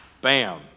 bam